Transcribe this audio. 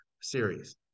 series